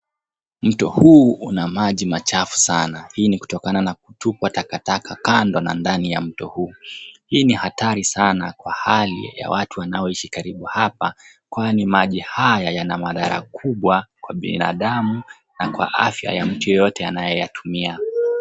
Mto huu una maji machafu sana kutokana na kutupwa takataka kando na ndani ya mto huu. Hii ni hatari sana kwa hali ya watu wanaoishi karibu hapa kwani maji haya yana madhara kubwa kwa binadamu na kwa afya ya mtu yeyote anayotumia.